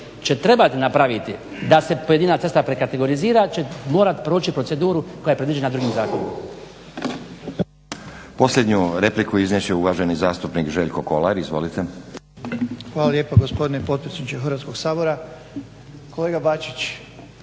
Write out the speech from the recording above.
će trebati napraviti da se pojedina cesta prekategorizira će morat proći proceduru koja je predviđena drugim zakonima.